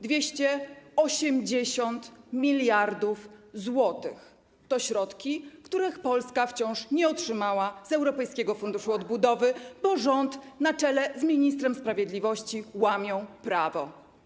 280 mld zł to środki, których Polska wciąż nie otrzymała z europejskiego Funduszu Odbudowy, bo rząd - na czele z ministrem sprawiedliwości - łamie prawo.